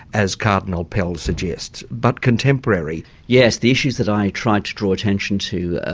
as cardinal pell suggests, but contemporary? yes, the issues that i tried to draw attention to,